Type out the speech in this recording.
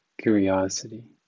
curiosity